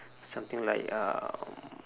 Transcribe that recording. something like um